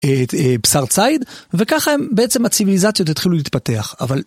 בשר ציד, וככה בעצם הציוויליזציות התחילו להתפתח. אבל...